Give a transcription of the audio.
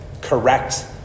correct